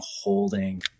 holding